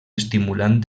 estimulant